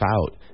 out